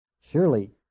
surely